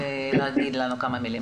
שיאמר כמה מילים.